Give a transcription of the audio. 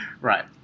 Right